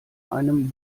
einem